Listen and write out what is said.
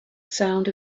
sound